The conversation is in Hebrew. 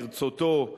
ברצותו,